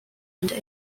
under